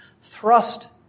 thrust